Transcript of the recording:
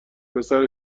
پسر